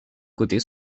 côtés